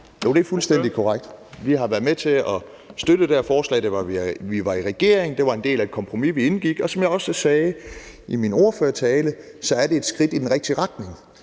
Jo, det er fuldstændig korrekt. Vi har været med til at støtte det her forslag. Vi var i regering, og det var en del af et kompromis, vi indgik. Som jeg også sagde i min ordførertale, er det et skridt i den rigtige retning.